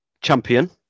champion